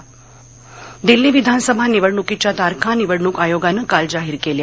दिल्ली निवडणका दिल्ली विधानसभा निवडणुकीच्या तारखा निवडणुक आयोगानं काल जाहीर केल्या